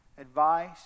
advice